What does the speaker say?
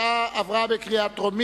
ההצעה להעביר את הצעת חוק צער בעלי-חיים (הגנה על בעלי-חיים)